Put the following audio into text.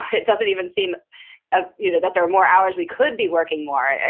it doesn't even seem ah you know that there are more hours we could be working more.